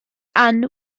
ann